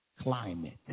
climate